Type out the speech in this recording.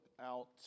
out